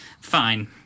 Fine